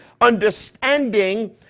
understanding